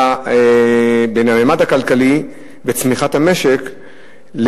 בין הממד הכלכלי בצמיחת המשק,